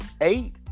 eight